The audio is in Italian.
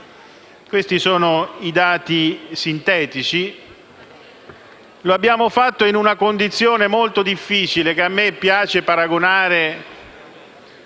Questi sono i dati sintetici. Abbiamo fatto tutto ciò in una condizione molto difficile, che a me piace paragonare